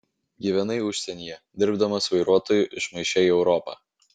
gyvenai užsienyje dirbdamas vairuotoju išmaišei europą